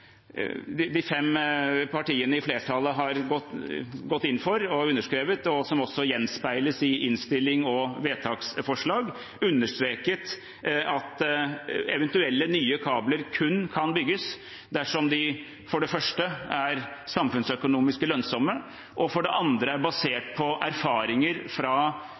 partiene i flertallet har gått inn for og underskrevet, og som også gjenspeiles i innstilling og vedtaksforslag, understreket at eventuelle nye kabler kun kan bygges dersom de for det første er samfunnsøkonomisk lønnsomme, og for det andre er basert på erfaringer fra